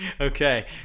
Okay